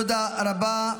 תודה רבה.